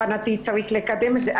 להבנתי, צריך לקדם את זה.